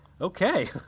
okay